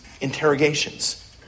interrogations